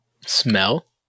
Smell